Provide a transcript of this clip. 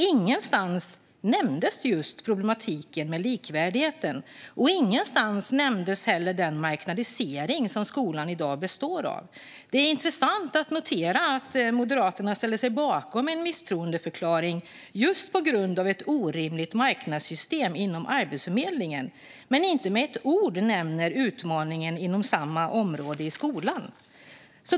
Ingenstans nämndes problematiken med likvärdigheten, och ingenstans nämndes heller den marknadisering som skolan i dag präglas av. Det är intressant att notera att Moderaterna ställer sig bakom en misstroendeförklaring just på grund av ett orimligt marknadssystem inom Arbetsförmedlingen men inte med ett ord nämner utmaningen inom samma område i skolan.